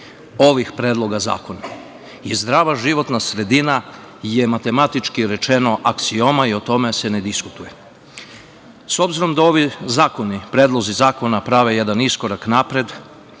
ovih predloga zakona i zdrava životna sredina je, matematički rečeno, aksioma i o tome se ne diskutuje.S obzirom da ovi predlozi zakona prave jedan iskorak napred